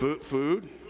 food